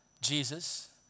Jesus